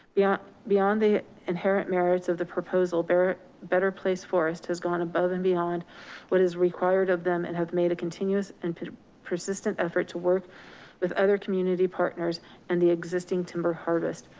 yeah beyond the inherent merits of the proposal, better place forest has gone above and beyond what is required of them and have made a continuous and persistent effort to work with other community partners and the existing timber harvest.